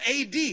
AD